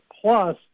Plus